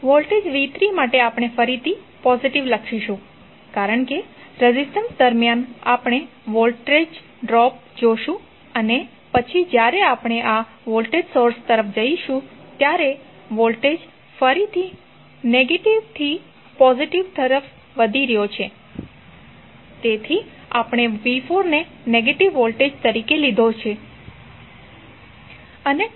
voltage v3 માટે આપણે ફરીથી પોઝિટીવ લખીશું કારણ કે રેઝિસ્ટન્સ દરમ્યાન આપણે વોલ્ટેજ ડ્રોપ જોશું અને પછી જ્યારે આપણે આ વોલ્ટેજ સોર્સ તરફ જઈશું ત્યારે વોલ્ટેજ ફરીથી નેગેટીવ થી પોઝિટિવ તરફ વધી રહ્યો છે તેથી આપણે v4 ને નેગેટિવ વોલ્ટેજ તરીકે લીધો છે